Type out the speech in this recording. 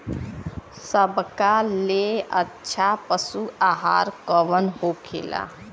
सबका ले अच्छा पशु आहार कवन होखेला?